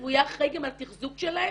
והוא יהיה אחראי גם על תחזוק שלהם.